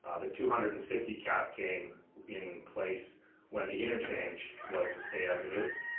ah the two hundred and fifty cap came in place when the interchange was to stay as it is.